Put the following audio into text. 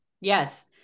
Yes